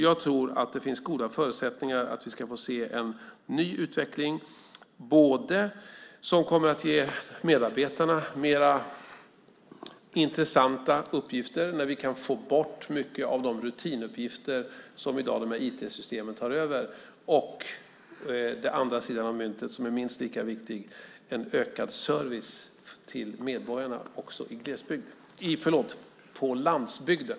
Jag tror att det finns goda förutsättningar för en ny utveckling som både kommer att ge medarbetarna mer intressanta uppgifter när vi kan få bort mycket av de rutinuppgifter som IT-systemen i dag tar över och, vilket är den andra sidan av myntet som är minst lika viktig, ge en ökad service till medborgarna också i glesbygd. Förlåt - på landsbygden!